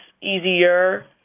easier